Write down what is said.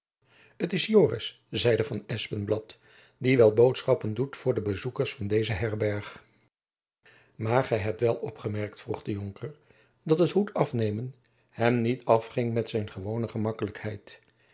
t is joris zeide van espenblad die wel boodschappen doet voor de bezoekers van deze herberg maar hebt gy wel opgemerkt vroeg de jonker dat het hoed afhemen hem niet afging met zijn gewone gemakkelijkheid